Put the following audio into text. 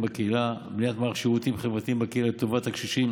בקהילה: בניית מערך שירותים חברתיים בקהילה לטובת הקשישים